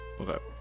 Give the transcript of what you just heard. Okay